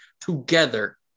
together